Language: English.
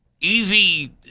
easy